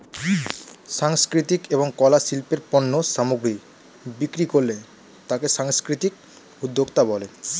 সাংস্কৃতিক এবং কলা শিল্পের পণ্য সামগ্রী বিক্রি করলে তাকে সাংস্কৃতিক উদ্যোক্তা বলে